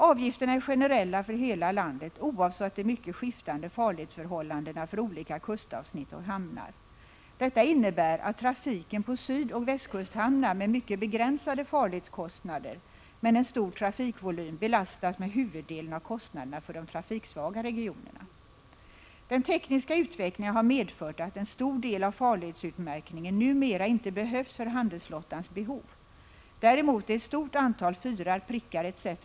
Avgifterna är generella för hela landet oavsett de mycket skiftande farledsförhållandena för olika kustavsnitt och hamnar. Detta innebär att trafiken på sydoch västkusthamnar med mycket begränsade farledskostnader men en stor trafikvolym belastas med huvuddelen av kostnaderna för de trafiksvaga regionerna. Den tekniska utvecklingen har medfört att en stor del av farledsutmärkningen numera inte erfordras för handelsflottans behov. Däremot är ett stort antal fyrar, prickar etc.